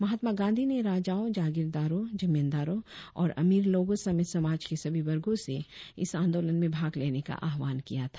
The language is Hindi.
महात्मा गांधी ने राजाओं जागीरदारों जमींदारों और अमीर लोगों समेत समाज के सभी वर्गो से इस आंदोलन में भाग लेने का आह्वान किया था